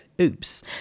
oops